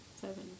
seven